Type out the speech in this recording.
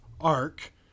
arc